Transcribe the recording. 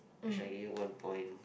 I shall give you one point